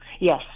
yes